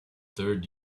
third